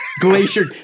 glacier